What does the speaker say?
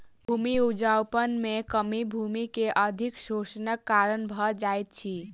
भूमि उपजाऊपन में कमी भूमि के अधिक शोषणक कारण भ जाइत अछि